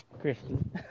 Christian